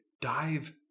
dive